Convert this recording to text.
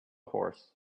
horse